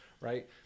right